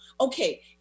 Okay